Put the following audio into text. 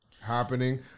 happening